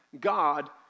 God